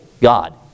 God